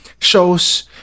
shows